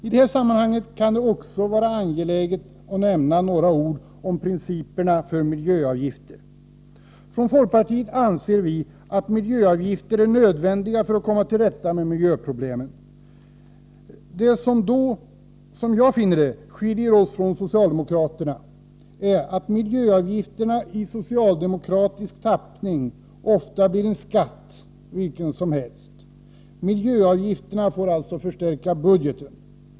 I detta sammanhang kan det även vara angeläget att säga några ord om principerna för miljöavgifter. Inom folkpartiet anser vi att miljöavgifter är nödvändiga för att komma till rätta med miljöproblemen. Det som då — som jag finner det — skiljer oss från socialdemokraterna är att miljöavgifterna i socialdemokratisk tappning ofta blir en skatt vilken som helst. Miljöavgifterna får alltså förstärka budgeten.